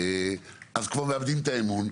אז כבר מאבדים את האמון.